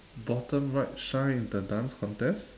bottom right shine in the dance contest